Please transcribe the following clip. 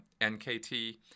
nkt